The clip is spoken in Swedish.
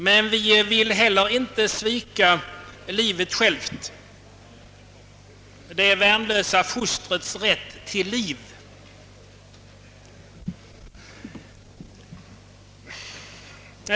Men vi vill heller inte svika livet självt — det värnlösa fostrets rätt till fortsatt liv.